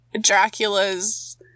Dracula's